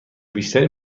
بیشتری